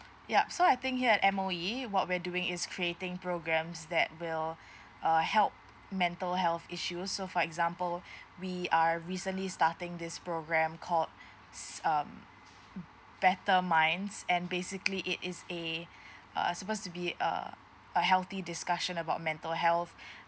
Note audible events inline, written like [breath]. yup so I think here at M_O_E what we're doing is creating programs that will [breath] uh help mental health issues so for example [breath] we are recently starting this program called [breath] s~ um better minds and basically it is a [breath] uh supposed to be a a healthy discussion about mental health [breath]